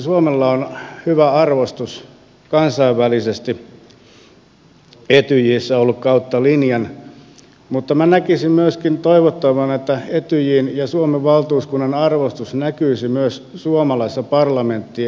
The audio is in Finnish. suomella on hyvä arvostus kansainvälisesti etyjissä ollut kautta linjan mutta minä näkisin myöskin toivottavana että etyjin ja suomen valtuuskunnan arvostus näkyisi myös suomalaisessa parlamenttielämässä